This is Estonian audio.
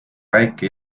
väike